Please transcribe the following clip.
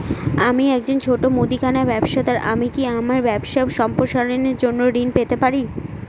আমি একজন ছোট মুদিখানা ব্যবসাদার আমি কি আমার ব্যবসা সম্প্রসারণের জন্য ঋণ পেতে পারি?